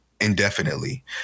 indefinitely